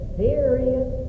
serious